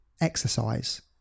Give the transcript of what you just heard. exercise